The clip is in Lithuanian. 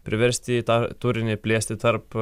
priversti į tą turinį plėsti tarp